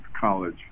college